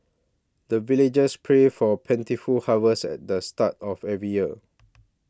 the villagers pray for plentiful harvest at the start of every year